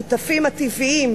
השותפים הטבעיים?